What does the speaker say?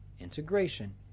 Integration